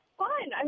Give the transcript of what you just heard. fun